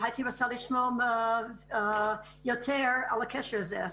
והייתי רוצה לשמוע יותר על הקשר הזה.